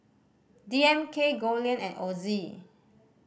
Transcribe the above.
D M K Goldlion and Ozi